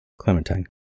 Clementine